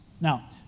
Now